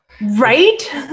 Right